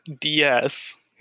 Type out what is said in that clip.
DS